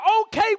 okay